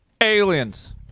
Aliens